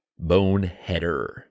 boneheader